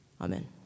Amen